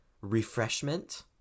refreshment